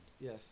Yes